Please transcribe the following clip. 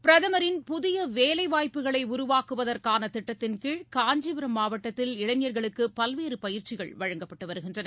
பிரதமரின் புதிய வேலைவாய்ப்புக்களை உருவாக்குவதற்கான திட்டத்தின் கீழ் காஞ்சிபுரம் மாவட்டத்தில் இளைஞர்களுக்கு பல்வேறு பயிற்சிகள் வழங்கப்பட்டு வருகின்றன